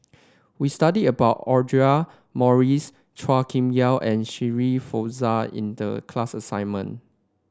we studied about Audra Morrice Chua Kim Yeow and Shirin Fozdar in the class assignment